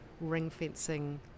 ring-fencing